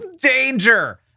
danger